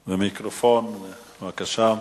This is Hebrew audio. בבקשה.